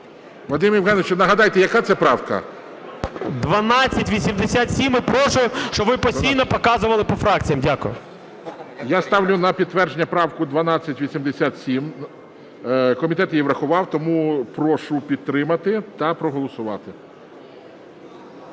Вадиме Євгеновичу, нагадайте, яка це правка? 14:14:36 ІВЧЕНКО В.Є. 1287. І прошу, щоб ви постійно показували по фракціях. Дякую. ГОЛОВУЮЧИЙ. Я ставлю на підтвердження правку 1287. Комітет її врахував, тому прошу підтримати та проголосувати.